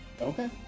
Okay